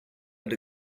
had